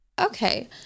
Okay